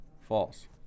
False